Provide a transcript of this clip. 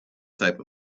type